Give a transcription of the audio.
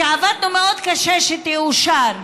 שעבדנו קשה מאוד שתאושר,